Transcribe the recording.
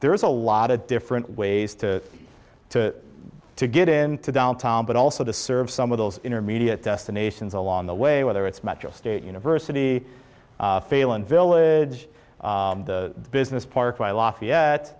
there is a lot of different ways to to to get into downtown but also to serve some of those intermediate destinations along the way whether it's metro state university failing village the business park by lafayette